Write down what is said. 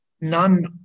none